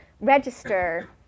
register